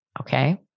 okay